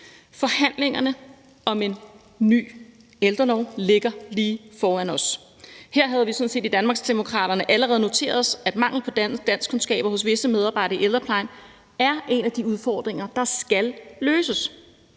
Forhandlingerne om en ny ældrelov ligger lige foran os. Her har vi sådan set i Danmarksdemokraterne allerede noteret os, at mangel på danskkundskaber hos visse medarbejdere i ældreplejen er en af de udfordringer, der skal løses,